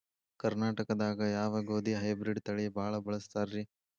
ಕರ್ನಾಟಕದಾಗ ಯಾವ ಗೋಧಿ ಹೈಬ್ರಿಡ್ ತಳಿ ಭಾಳ ಬಳಸ್ತಾರ ರೇ?